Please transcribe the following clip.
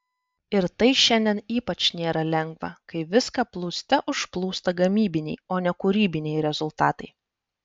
ir tai šiandien ypač nėra lengva kai viską plūste užplūsta gamybiniai o ne kūrybiniai rezultatai